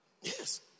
Yes